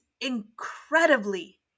incredibly